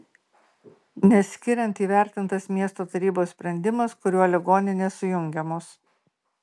nes skiriant įvertintas miesto tarybos sprendimas kuriuo ligoninės sujungiamos